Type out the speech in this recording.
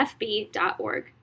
fb.org